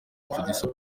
producer